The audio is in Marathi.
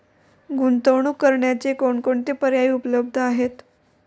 गुंतवणूक करण्याचे कोणकोणते पर्याय उपलब्ध आहेत?